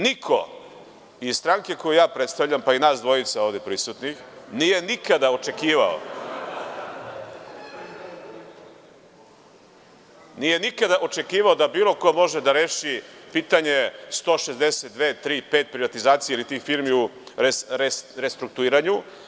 Niko iz stranke koju ja predstavljam, pa i nas dvojica ovde prisutnih, nije nikada očekivao da bilo ko može da reši pitanje 162, tri, pet privatizacija ili tih firmi u restrukturiranju.